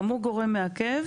גם הוא גורם מעכב.